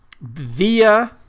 Via